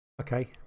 Okay